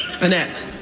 Annette